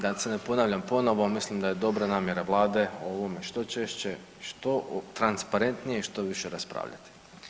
Da se ne ponavljam ponovo, mislim da je dobra namjera Vlade o ovome što češće i što transparentnije što više raspravljati.